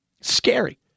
Scary